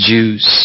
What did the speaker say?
Jews